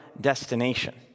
destination